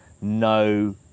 no